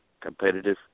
competitive